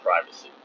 privacy